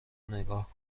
نگاه